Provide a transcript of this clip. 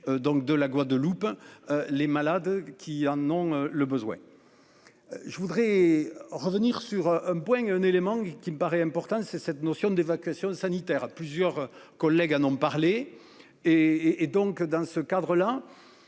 donc de la Guadeloupe hein. Les malades qui en ont le besoin. Je voudrais revenir sur un point, un élément qui me paraît important c'est cette notion d'évacuation sanitaire à plusieurs collègues ah non parler et et donc dans ce cadre-là,